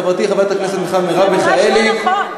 חברתי חברת הכנסת מרב מיכאלי, זה ממש לא נכון.